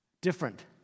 Different